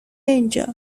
اینجا